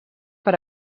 per